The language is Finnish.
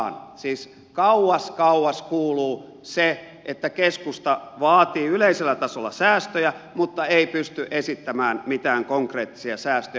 siis kauas kauas kuuluu se että keskusta vaatii yleisellä tasolla säästöjä mutta ei pysty esittämään mitään konkreettisia säästöjä